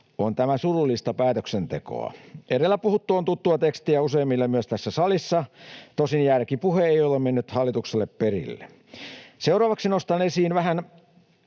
On tämä surullista päätöksentekoa. Edellä puhuttu on tuttua tekstiä useimmille myös tässä salissa, tosin järkipuhe ei ole mennyt hallitukselle perille. Seuraavaksi nostan esiin vähän